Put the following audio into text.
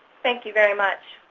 thank you very much.